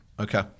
Okay